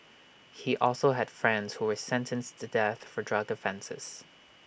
he also had friends who were sentenced to death for drug offences